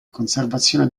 conservazione